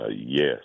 Yes